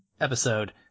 episode